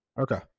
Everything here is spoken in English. Okay